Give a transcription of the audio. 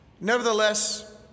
Nevertheless